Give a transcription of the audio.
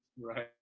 right